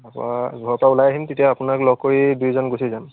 ঘৰৰপৰা ওলাই আহিম তেতিয়া আপোনাক লগ কৰি দুয়োজন গুচি যাম